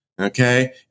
okay